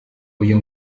uyu